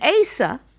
Asa